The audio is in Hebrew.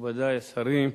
מכובדי השרים,